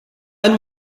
ein